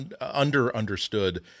under-understood